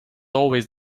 always